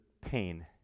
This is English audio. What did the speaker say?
pain